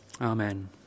Amen